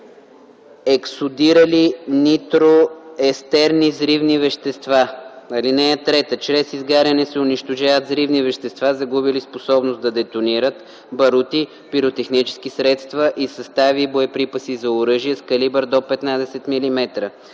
ексудирали нитроестерни взривни вещества. (3) Чрез изгаряне се унищожават взривни вещества, загубили способност да детонират - барути, пиротехнически средства и състави и боеприпаси за оръжие с калибър до 15 мм.